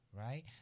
right